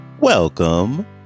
welcome